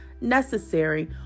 necessary